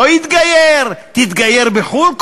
לא יתגייר, תתגייר בחו"ל קודם,